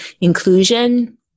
inclusion